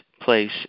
place